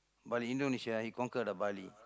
but Indonesia he conquer the Bali